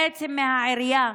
בעצם מהעירייה,